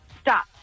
Stop